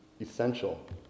essential